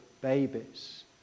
babies